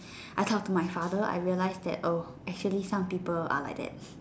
I talked to my father I realised that oh actually some people are like that